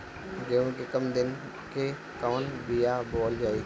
गेहूं के कम दिन के कवन बीआ बोअल जाई?